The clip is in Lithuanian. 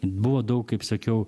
buvo daug kaip sakiau